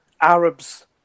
Arabs